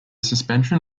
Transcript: suspension